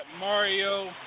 Mario